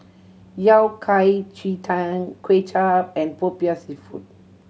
Yao Cai ji tang Kway Chap and Popiah Seafood